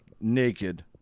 naked